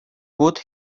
put